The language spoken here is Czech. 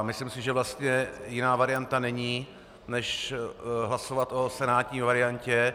Myslím si, že vlastně jiná varianta není, než hlasovat o senátní variantě.